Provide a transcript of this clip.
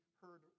heard